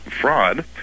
fraud